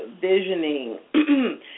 visioning